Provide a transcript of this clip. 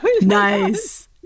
nice